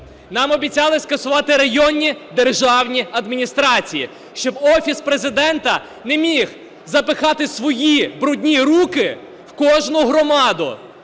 Нам обіцяли скасувати районні державні адміністрації, щоб Офіс Президента не міг запихати свої брудні руки в кожну громаду